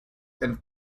and